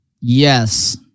Yes